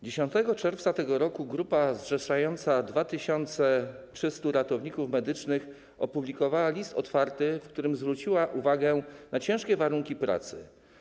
10 czerwca tego roku grupa zrzeszająca 2300 ratowników medycznych opublikowała list otwarty, w którym zwróciła uwagę na ciężkie warunki pracy.